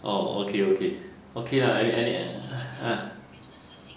oh okay okay okay lah any any